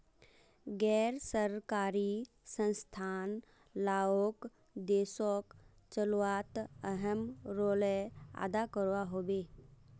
गैर सरकारी संस्थान लाओक देशोक चलवात अहम् रोले अदा करवा होबे